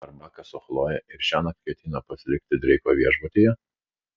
ar bakas su chloje ir šiąnakt ketina pasilikti dreiko viešbutyje